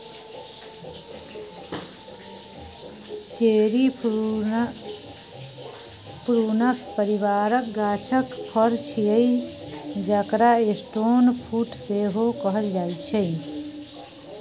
cherry प्रुनस परिबारक गाछक फर छियै जकरा स्टोन फ्रुट सेहो कहल जाइ छै